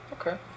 Okay